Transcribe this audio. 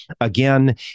Again